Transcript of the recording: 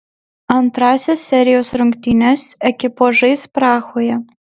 antrąsias serijos rungtynes ekipos žais prahoje